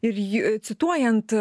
ir ji cituojant